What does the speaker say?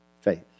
faith